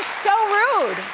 so rude.